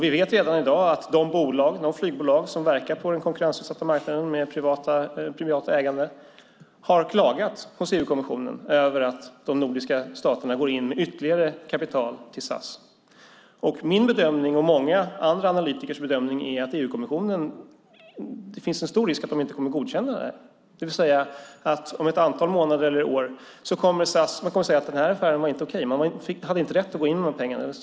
Vi vet redan i dag att de flygbolag som verkar på den konkurrensutsatta marknaden med privat ägande har klagat hos EU-kommissionen över att de nordiska staterna går in med ytterligare kapital till SAS. Min bedömning och många andra analytikers bedömning är att det finns en stor risk att EU-kommissionen inte kommer att godkänna det här. Man kommer att säga att den här affären inte var okej. Staten hade inte rätt att gå in med de pengarna.